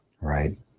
right